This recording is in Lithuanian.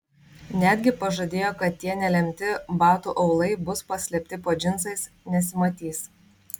netgi pažadėjo kad tie nelemti batų aulai bus paslėpti po džinsais nesimatys